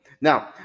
Now